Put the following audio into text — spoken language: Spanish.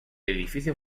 edificio